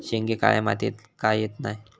शेंगे काळ्या मातीयेत का येत नाय?